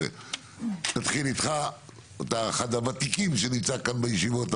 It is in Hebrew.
נתחיל איתך, אתה אחד הוותיקים שנמצא כאן בישיבות.